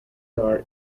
are